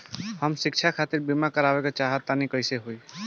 हम शिक्षा खातिर बीमा करावल चाहऽ तनि कइसे होई?